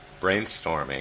brainstorming